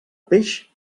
peix